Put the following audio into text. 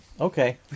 Okay